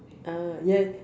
ah yes